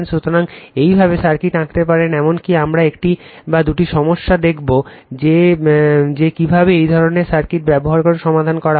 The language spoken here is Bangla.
সুতরাং এইভাবে সার্কিট আঁকতে পারেন এমনকি আমরা একটি বা দুটি সমস্যা দেখবো যে কিভাবে এই ধরনের সার্কিট ব্যবহার করে সমাধান করা যায়